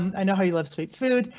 i know how you love sweet food.